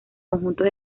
conjuntos